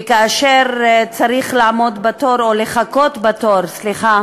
וכאשר צריך לעמוד בתור או לחכות בתור, סליחה,